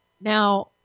Now